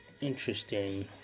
Interesting